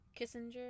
Kissinger